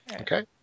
Okay